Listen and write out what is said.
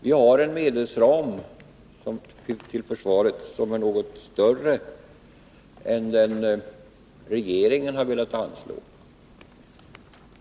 Vi moderater föreslår en medelsram för försvaret som är något större än den som regeringen har velat anslå.